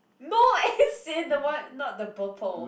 no as in the one not the purple